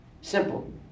Simple